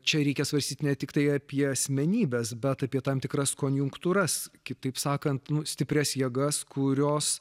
čia reikia svarstyti ne tiktai apie asmenybes bet apie tam tikras konjunktūras kitaip sakant stiprias jėgas kurios